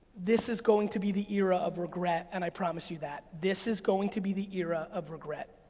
this is going to be the era of regret, and i promise you that. this is going to be the era of regret.